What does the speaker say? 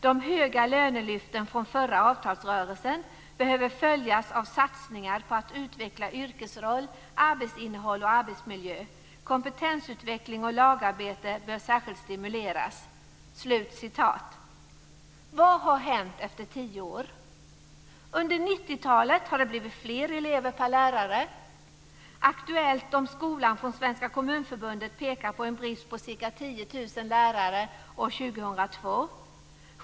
De höga lönelyften från förra avtalsrörelsen behöver följas av satsningar på att utveckla yrkesroll, arbetsinnehåll och arbetsmiljö. Kompetensutveckling och lagarbete bör särskilt stimuleras." Vad har hänt efter tio år? Under 90-talet har det blivit fler elever per lärare. Aktuellt om skolan från Svenska Kommunförbundet pekar på en brist på ca 10 000 lärare år 2002.